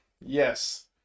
yes